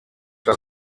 das